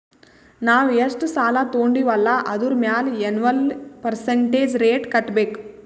ನಾವ್ ಎಷ್ಟ ಸಾಲಾ ತೊಂಡಿವ್ ಅಲ್ಲಾ ಅದುರ್ ಮ್ಯಾಲ ಎನ್ವಲ್ ಪರ್ಸಂಟೇಜ್ ರೇಟ್ ಕಟ್ಟಬೇಕ್